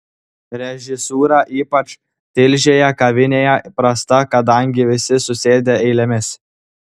režisūra ypač tilžėje kavinėje prasta kadangi visi susėdę eilėmis